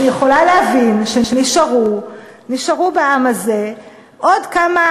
אני יכולה להבין שנשארו בעם הזה עוד כמה